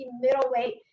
middleweight